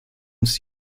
uns